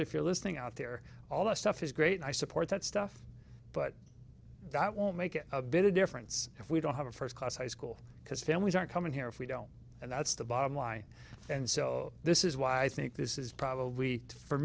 if you're listening out there all this stuff is great i support that stuff but that won't make it a bit of difference if we don't have a first class high school because families are coming here if we don't and that's the bottom line and so this is why i think this is probably for